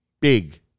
Big